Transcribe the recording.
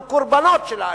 אנחנו קורבנות של האלימות,